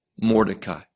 Mordecai